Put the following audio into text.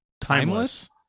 Timeless